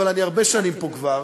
אבל אני הרבה שנים פה כבר,